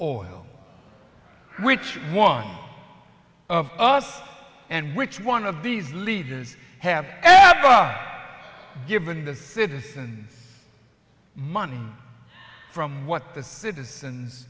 oil which one of us and which one of these leaders have after are given the citizens money from what the citizens